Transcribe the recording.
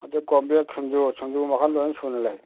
ꯑꯗꯨ ꯀꯣꯝꯕ꯭ꯔꯦꯛ ꯁꯤꯡꯖꯨ ꯁꯤꯡꯖꯨ ꯃꯈꯜ ꯂꯣꯏꯅ ꯁꯨꯅ ꯂꯩ